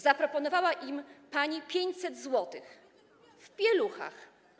Zaproponowała im pani 500 zł - w pieluchach.